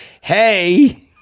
hey